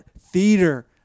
theater